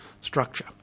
structure